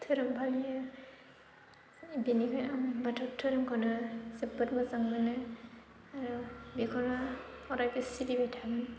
धोरोम फालियो बेनिफ्राय आं बाथौ धोरोमखौनो जोबोद मोजां मोनो आरो बेखौनो अरायबो सिबिबाय थागोन